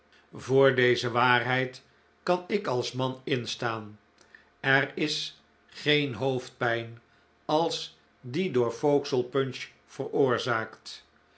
voor deze waarheid kan ik als man instaan er is geen hoofdpijn als die door vauxhall punch veroorzaakt